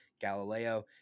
Galileo